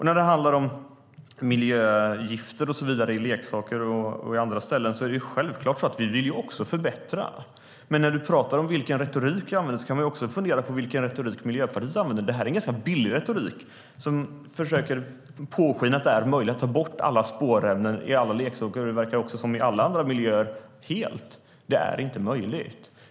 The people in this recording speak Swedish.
När det gäller miljögifter i leksaker och på andra ställen vill vi självklart också förbättra. Jan Lindholm pratar om vilken retorik jag använder. Man kan också fundera över vilken retorik Miljöpartiet använder. Det är en ganska billig retorik som försöker påskina att det är möjligt att helt ta bort alla spårämnen i alla leksaker och, verkar det som, också i alla andra miljöer. Det är inte möjligt.